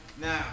Now